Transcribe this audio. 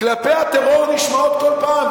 כלפי הטרור נשמעות כל פעם.